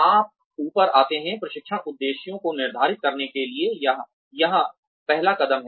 आप ऊपर आते हैं प्रशिक्षण उद्देश्यों को निर्धारित करने के लिए यहां पहला कदम है